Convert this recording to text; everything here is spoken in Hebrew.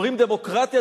שאומרים "דמוקרטיה,